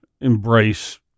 embrace